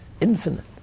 infinite